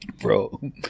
Bro